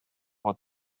what